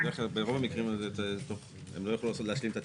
בדרך כלל ברוב המקרים הם לא יוכלו להשלים את הצ'ק-אין.